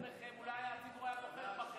אם הייתם מסבירים את עצמכם, אולי, היה בוחר בכם.